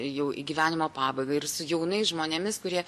jau į gyvenimo pabaigą ir su jaunais žmonėmis kurie